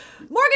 Morgan